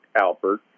Albert